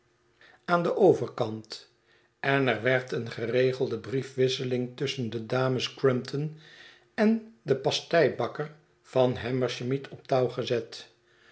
aan den overkant en er werd een geregelde briefwisseling tusschen de dames crumpton en den pasteibakker van hammersmith op touw gezet